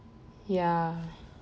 ya